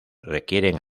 requieren